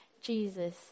Jesus